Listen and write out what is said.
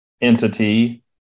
entity